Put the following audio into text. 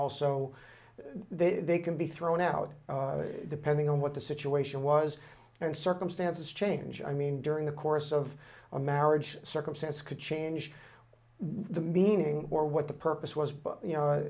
also they can be thrown out depending on what the situation was and circumstances change i mean during the course of a marriage circumstance could change the meaning or what the purpose was